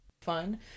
fun